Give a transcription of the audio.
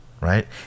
right